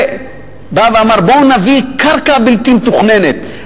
הוא בא ואמר: בואו ונביא קרקע בלתי מתוכננת.